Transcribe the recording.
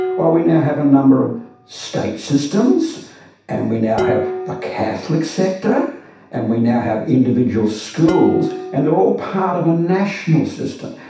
well, we now have a number of state systems and we now have a catholic sector and we now have individual schools, and they're all part of a national system.